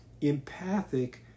empathic